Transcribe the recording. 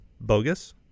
Bogus